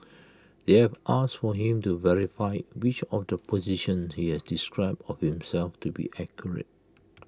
they have asked for him to verify which of the positions he has described of himself to be accurate